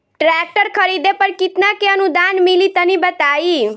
Tractor खरीदे पर कितना के अनुदान मिली तनि बताई?